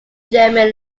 german